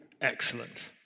Excellent